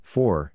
Four